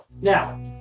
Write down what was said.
Now